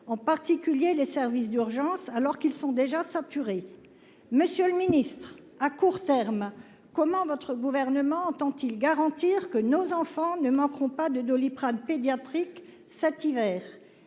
en particulier les services d'urgence, alors qu'ils sont déjà saturés. Monsieur le Ministre, à court terme comment votre gouvernement entend-il garantir que nos enfants ne manqueront pas de Doliprane pédiatriques cette hiver à